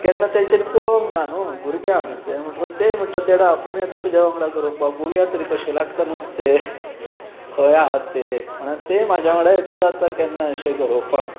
केन्ना तांच्यानी पळोवंक ना न्हय भुरग्यां आसा न्हय तें म्हणटकूत तेंय म्हणटा ते डॅडा आपुणूय येता तुज्या वांगडा गरोवपाक पळोवया तरी कशें लागता नुस्तें खंय आसा तें म्हणून तेंय म्हज्या वांगडा येतत केन्ना अशें गरोवपाक